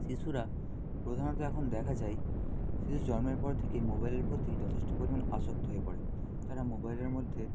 শিশুরা প্রধানত এখন দেখা যায় শিশু জন্মের পর থেকেই মোবাইলের প্রতি যথেষ্ট পরিমাণ আসক্ত হয়ে পড়ে তারা মোবাইলের মধ্যে